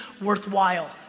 worthwhile